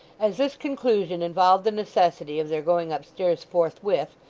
as this conclusion involved the necessity of their going upstairs forthwith,